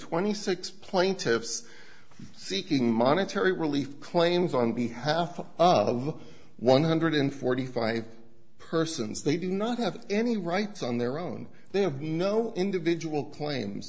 twenty six plaintiffs seeking monetary relief claims on behalf of one hundred forty five persons they do not have any rights on their own they have no individual claims